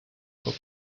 auf